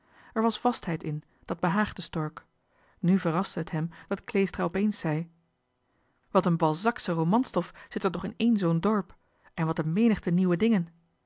er was vastheid in dat behaagde stork nu verraste het hem dat kleestra opeens zei wat een balzacsche romanstof zit er toch in één zoo'n dorp en wat een menigte nieuwe dingen